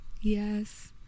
Yes